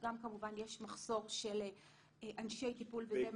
גם כמובן יש מחסור של אנשי טיפול בגני תקשורת,